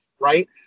right